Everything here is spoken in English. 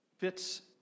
Fits